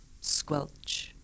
squelch